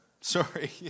Sorry